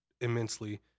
immensely